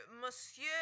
Monsieur